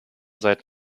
seit